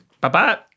Bye-bye